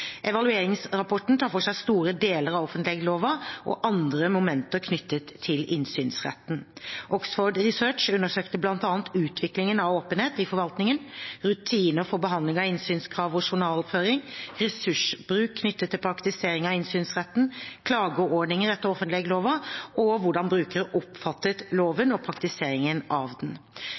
Evalueringsrapporten tar for seg store deler av offentleglova og andre momenter knyttet til innsynsretten. Oxford Research undersøkte bl.a. utviklingen av åpenhet i forvaltningen, rutiner for behandling av innsynskrav og journalføring, ressursbruk knyttet til praktisering av innsynretten, klageordninger etter offentleglova, og hvordan brukere oppfattet loven og praktiseringen av den.